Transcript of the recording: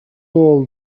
all